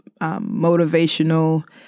motivational